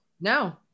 No